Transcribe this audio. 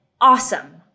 awesome